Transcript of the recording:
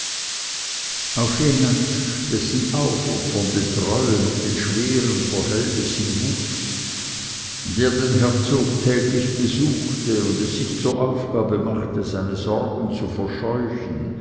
auf jenatsch dessen aufopfernde treue mit den schweren verhältnissen wuchs der den herzog täglich besuchte und es sich zur aufgabe machte seine sorgen zu verscheuchen